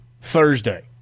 Thursday